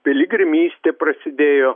piligrimystė prasidėjo